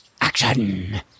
Action